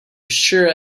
sure